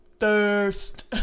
Thirst